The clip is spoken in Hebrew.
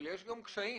יש גם קשיים.